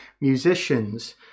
musicians